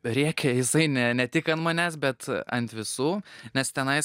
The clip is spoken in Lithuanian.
rėkė jisai ne ne tik an manęs bet ant visų nes tenais